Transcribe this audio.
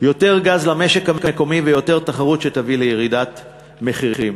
יותר גז למשק המקומי ויותר תחרות שתביא לירידת מחירים.